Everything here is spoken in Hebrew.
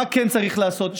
מה כן צריך לעשות,